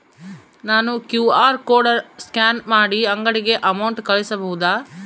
ನಾನು QR code scan ಮಾಡಿ ಅಂಗಡಿಗೆ ಅಮೌಂಟ್ ಕಳಿಸಬಹುದಾ?